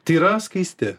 tyra skaisti